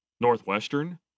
Northwestern